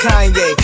Kanye